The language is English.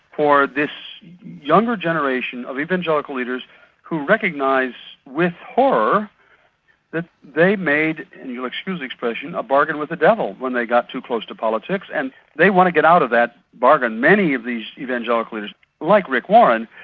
for this younger generation of evangelical leaders who recognise with horror that they made, and you'll excuse the expression, a bargain with the devil when they got too close to politics, and they want to get out of that bargain. many of these evangelical leaders like rick warren,